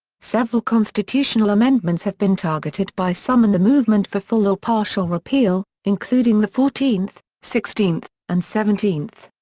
several constitutional amendments have been targeted by some in the movement for full or partial repeal, including the fourteenth, sixteenth, and seventeenth.